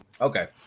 Okay